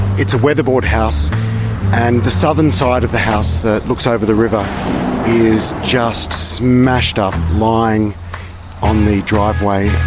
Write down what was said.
it's a weatherboard house and the southern side of the house that looks over the river is just smashed up, lying on the driveway,